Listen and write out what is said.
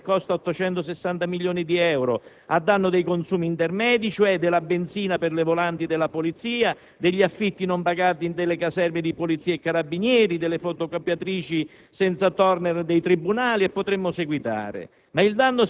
Parlo dell'eliminazione della quota esente dei *ticket* sanitari, che costa 860 milioni di euro a danno dei consumi intermedi, cioè della benzina per le volanti della polizia, degli affitti non pagati nelle caserme di Polizia e Carabinieri, delle fotocopiatrici